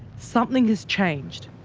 something has changed.